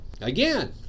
Again